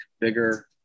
bigger